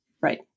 right